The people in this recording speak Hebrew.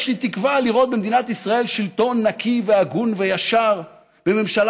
יש לי תקווה לראות במדינת ישראל שלטון נקי והגון וישר וממשלה